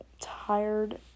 tired